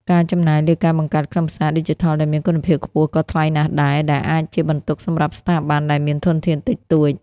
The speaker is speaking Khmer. ការចំណាយលើការបង្កើតខ្លឹមសារ ឌីជីថលដែលមានគុណភាពខ្ពស់ក៏ថ្លៃណាស់ដែរ ដែលអាចជាបន្ទុកសម្រាប់ស្ថាប័នដែលមានធនធានតិចតួច។